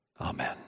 Amen